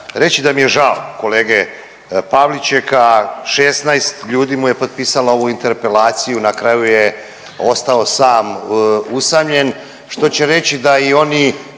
reći da mi je žao kolege Pavličeka, 16 ljudi mu je potpisalo ovu interpelaciju, na kraju je ostao sam, usamljen, što će reći da i oni